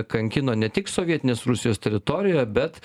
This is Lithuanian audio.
kankino ne tik sovietinės rusijos teritorijoje bet